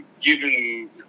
given